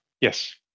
yes